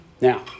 Now